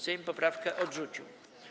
Sejm poprawkę odrzucił.